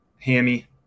Hammy